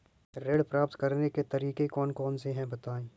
ऋण प्राप्त करने के तरीके कौन कौन से हैं बताएँ?